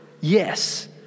Yes